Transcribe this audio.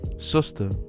Sister